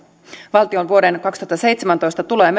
valtion vuoden kaksituhattaseitsemäntoista tulo ja